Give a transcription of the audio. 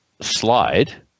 slide